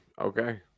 Okay